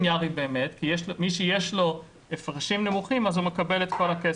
כי מי שיש לו הפרשים נמוכים, הוא מקבל את כל הכסף.